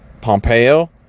Pompeo